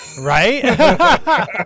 right